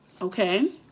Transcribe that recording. okay